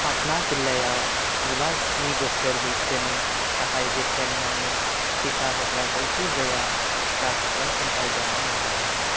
पाटना जिल्लायाव जिबा जिस्नि बोसोर बैसोनि थाखाय बेसेन नाङि टिका होग्रा जायखिजाया टिका थुग्रा सेन्टार दङ नामा